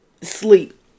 sleep